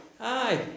hi